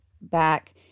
back